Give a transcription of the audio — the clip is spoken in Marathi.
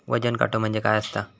वजन काटो म्हणजे काय असता?